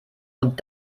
und